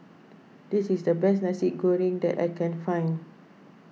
this is the best Nasi Goreng that I can find